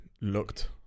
looked